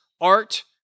art